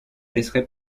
laisserai